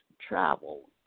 travel